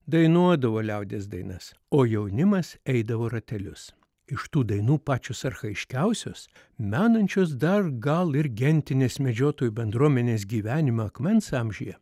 dainuodavo liaudies dainas o jaunimas eidavo ratelius iš tų dainų pačios archajiškiausios menančios dar gal ir gentinės medžiotojų bendruomenės gyvenimą akmens amžiuje